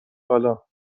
بالا